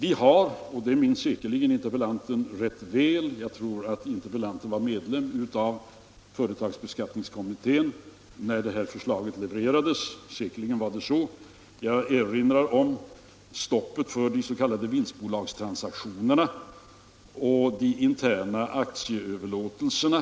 Interpellanten minns säkerligen rätt väl — jag tror att fru Nettelbrandt var medlem av företagsbeskattningskommittén när förslaget levererades —-att vi har satt stopp för de s.k. vinstbolagstransaktionerna och de interna aktieöverlåtelserna.